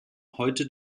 heute